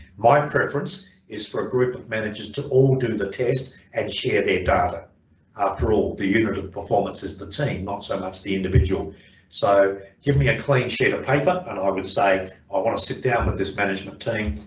my preference is for a group of managers to all do the and share their data after all the unit of the performance is the team not so that's the individual so give me a clean sheet of paper and i would say i want to sit down with this management team,